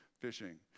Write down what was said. fishing